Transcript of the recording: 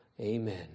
Amen